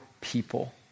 people